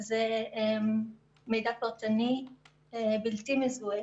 זה מידע פרטני בלתי מזוהה.